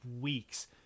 weeks